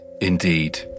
Indeed